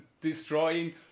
destroying